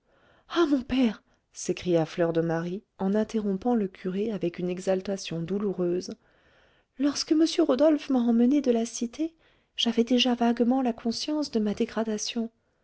ah mon père s'écria fleur de marie en interrompant le curé avec une exaltation douloureuse lorsque m rodolphe m'a emmenée de la cité j'avais déjà vaguement la conscience de ma dégradation